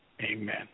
amen